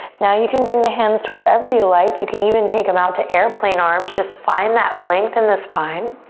now you can bring the hands to wherever you like. you can even take them out to airplane arms. just find that length in the spine.